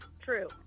True